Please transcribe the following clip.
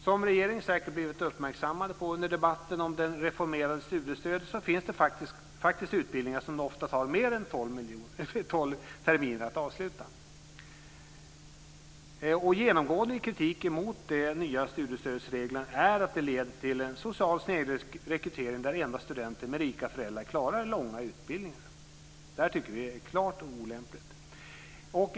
Som regeringen säkert blivit uppmärksammade på under debatten om det reformerade studiestödet finns det faktiskt utbildningar som ofta tar mer än tolv terminer att avsluta. Genomgående i kritiken mot de nya studiestödsreglerna är att de leder till en social snedrekrytering där endast studenter med rika föräldrar klarar långa utbildningar. Det tycker vi är klart olämpligt.